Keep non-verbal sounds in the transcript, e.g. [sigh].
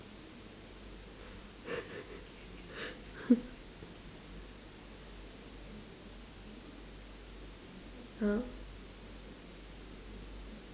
[laughs] !huh!